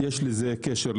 יש לזה קשר לכך,